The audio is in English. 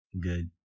good